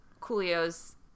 Coolio's